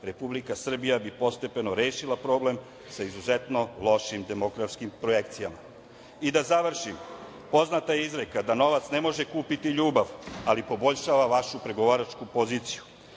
Republika Srbija bi postepeno rešila problem sa izuzetno lošim demografskim projekcijama. Da završim, poznata je izreka da novac ne može kupiti ljubav, ali poboljšava vašu pregovaračku poziciju.